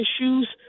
issues